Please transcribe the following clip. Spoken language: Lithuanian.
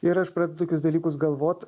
ir aš pradedu tokius dalykus galvot